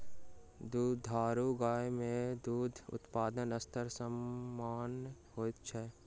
दुधारू गाय मे दूध उत्पादनक स्तर असामन्य होइत अछि